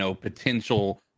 potential